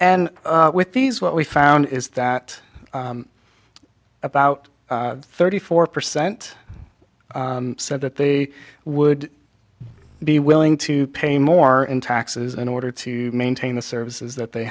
d with these what we found is that about thirty four percent said that they would be willing to pay more in taxes in order to maintain the services that they